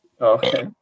Okay